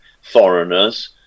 foreigners